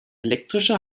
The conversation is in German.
elektrischer